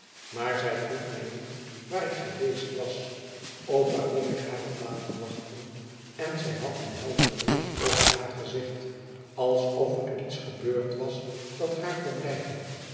maar zij vroeg mij niet waar ik geweest was of waarom ik naar had laten wachten en zij had een helderen bios over haar gezicht alsof er iets gebeurd was dat haar verblijdde